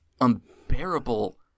unbearable